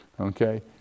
Okay